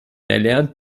erlernt